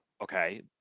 okay